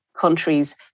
countries